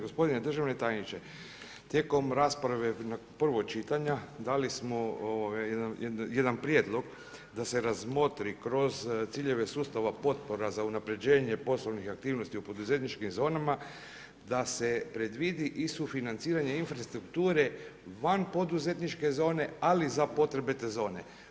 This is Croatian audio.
Gospodine državni tajniče, tijekom rasprave prvog čitanja dali smo jedan prijedlog da se razmotri kroz ciljeve sustava potpora za unaprjeđenje poslovnih aktivnosti u poduzetničkim zonama da se predvidi i sufinanciranje infrastrukture van poduzetničke zone ali za potrebe te zone.